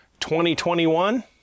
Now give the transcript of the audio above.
2021